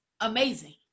amazing